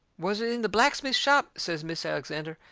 was it in the blacksmith shop? says mis' alexander.